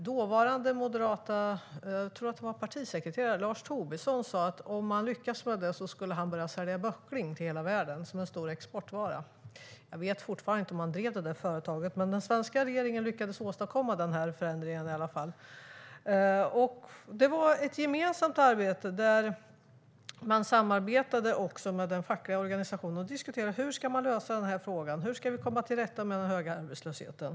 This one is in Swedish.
Dåvarande moderata partisekreteraren, tror jag, Lars Tobisson sa att om man lyckades med det skulle han börja sälja böckling till hela världen som en stor exportvara. Jag vet inte om han drev det företaget, men den svenska regeringen lyckades i alla fall åstadkomma den förändringen. Det var ett gemensamt arbete där man samarbetade med den fackliga organisationen och diskuterade: Hur ska man lösa den här frågan? Hur ska vi komma till rätta med den höga arbetslösheten?